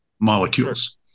molecules